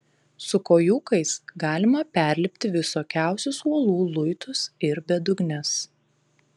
su kojūkais galima perlipti visokiausius uolų luitus ir bedugnes